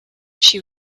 she